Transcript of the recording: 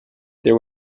there